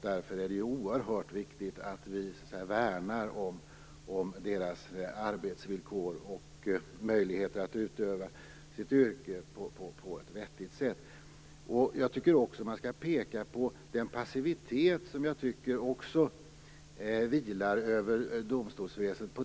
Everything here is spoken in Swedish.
Därför är det oerhört viktigt att vi värnar om deras arbetsvillkor och möjligheter att utöva sitt yrke på ett vettigt sätt. Jag tycker också att man skall peka på den passivitet som jag tycker vilar över domstolsväsendet.